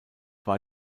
war